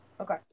Okay